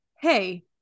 hey